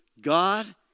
God